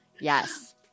Yes